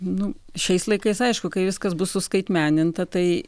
nu šiais laikais aišku kai viskas bus suskaitmeninta tai